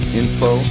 info